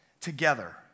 together